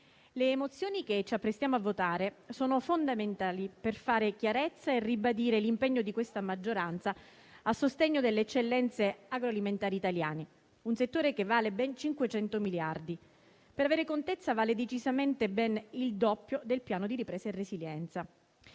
le mozioni che ci apprestiamo a votare sono fondamentali per fare chiarezza e ribadire l'impegno di questa maggioranza a sostegno delle eccellenze agroalimentari italiane: un settore che vale ben 500 miliardi. Per avere contezza, vale precisamente ben il doppio del Piano nazionale di ripresa e resilienza.